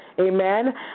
Amen